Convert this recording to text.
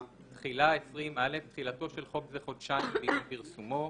"תחילה 20. (א)תחילתו של חוק זה חודשיים מיום פרסומו.